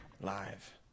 live